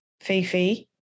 Fifi